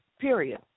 period